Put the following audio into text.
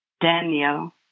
Daniel